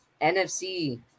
NFC